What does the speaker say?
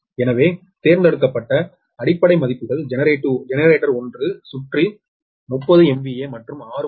எனவே தேர்ந்தெடுக்கப்பட்ட அடிப்படை மதிப்புகள் ஜெனரேட்டர் 1 சுற்றில் 30 MVA மற்றும் 6